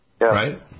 Right